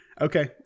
Okay